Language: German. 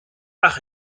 ach